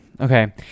Okay